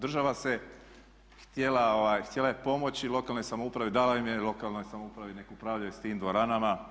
Država je htjela, htjela je pomoći lokalnoj samoupravi, dala im je lokalnoj samoupravi neka upravljaju s tim dvoranama.